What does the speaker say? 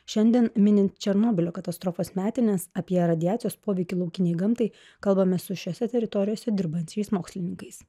šiandien minint černobylio katastrofos metines apie radiacijos poveikį laukinei gamtai kalbamės su šiose teritorijose dirbančiais mokslininkais